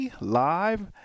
live